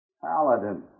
Paladin